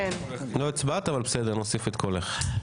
לא הצבעת, אבל בסדר, נוסיף את קולך.